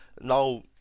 Now